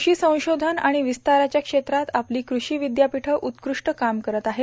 कृषी संशोधन आणि विस्ताराच्या क्षेत्रात आपली कृषी विद्यापीठं उत्कृष्ट काम करत आहेत